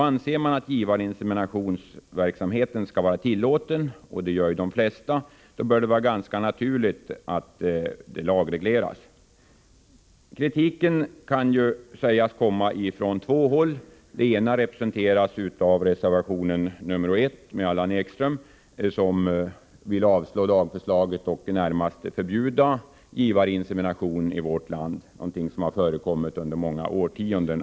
Anser man att givarinseminationsverksamheten skall vara tillåten — och det gör de flesta — bör det vara ganska naturligt att denna verksamhet lagregleras. Kritiken kan sägas komma från två håll. Kritiken från det ena hållet framkommer i reservation 1 av Allan Ekström. Denna reservation innebär ett avslagsyrkande av lagförslaget och ett förordande av närmast ett förbud mot givarinsemination i vårt land — en verksamhet som förekommit under många årtionden.